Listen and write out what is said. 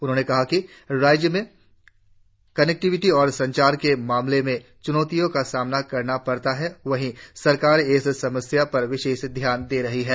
उन्होंने कहा कि राज्य में कनेक्टिविटी और संचार के मामले में चुनौतियों का सामना करना पड़ता है वही सरकार इस समस्या पर विशेष ध्यान दे रही है